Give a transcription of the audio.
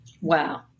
Wow